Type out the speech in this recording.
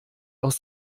aus